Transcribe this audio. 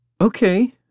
Okay